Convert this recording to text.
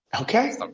Okay